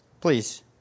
Please